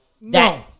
No